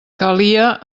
calia